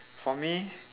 for me